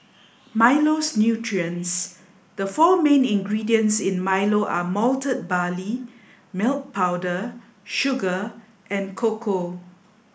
Milo's nutrients The four main ingredients in Milo are malted barley milk powder sugar and cocoa